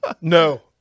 no